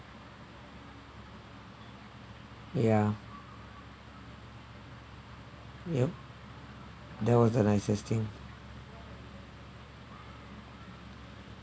yeah yup there was the nicest thing